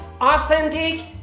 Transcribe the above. authentic